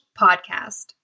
podcast